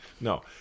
No